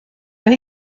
but